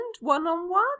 one-on-one